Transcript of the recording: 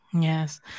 Yes